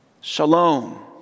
Shalom